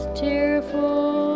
tearful